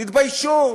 תתביישו.